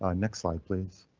ah next slide please.